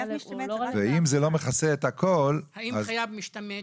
ואם זה לא מכסה הכול- -- האם חייב משתמט